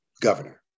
governor